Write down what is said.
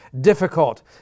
difficult